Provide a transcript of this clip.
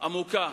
עמוקה